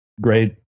great